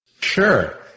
Sure